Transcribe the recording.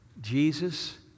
Jesus